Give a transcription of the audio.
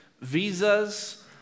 visas